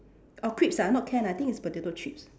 orh crisps ah not can ah I think it's potato chips